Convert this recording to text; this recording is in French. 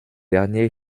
derniers